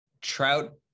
Trout